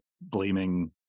blaming